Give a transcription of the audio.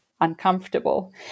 uncomfortable